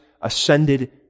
ascended